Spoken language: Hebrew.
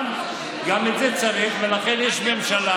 גם את זה צריך, ולכן יש ממשלה